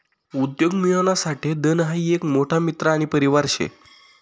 उदयमियोना साठे धन हाई एक मोठा मित्र आणि परिवार शे